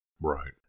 Right